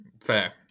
Fair